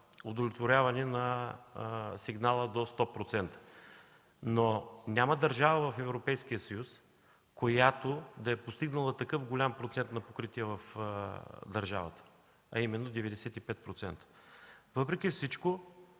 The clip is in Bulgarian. удовлетворяване на сигнала до 100%. Но няма държава в Европейския съюз, която да е постигнала такъв голям процент на покритие в държавата, а именно 95%. Въпреки всичко